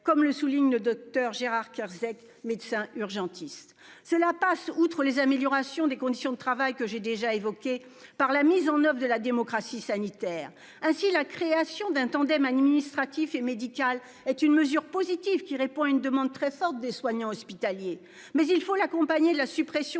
comme le souligne le Docteur Gérard Kierzek, Médecin urgentiste cela passe outre les améliorations des conditions de travail que j'ai déjà évoqué par la mise en oeuvre de la démocratie sanitaire ainsi la création d'un tandem administratif et médical est une mesure positive qui répond à une demande très forte des soignants hospitaliers mais il faut l'accompagner la suppression